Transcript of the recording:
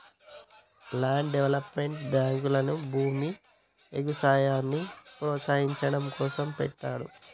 land development బ్యేంకుల్ని భూమి, ఎగుసాయాన్ని ప్రోత్సహించడం కోసం పెట్టిండ్రు